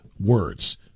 Words